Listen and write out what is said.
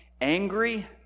angry